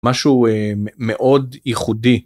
משהו מאוד ייחודי.